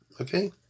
Okay